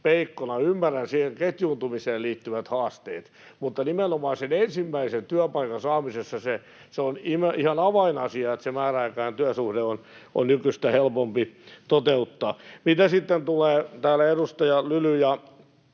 peikkona. Ymmärrän siihen ketjuuntumiseen liittyvät haasteet, mutta nimenomaan sen ensimmäisen työpaikan saamisessa se on ihan avainasia, että se määräaikainen työsuhde on nykyistä helpompi toteuttaa. Mitä sitten tulee — täällä edustaja Lyly